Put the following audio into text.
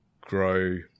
grow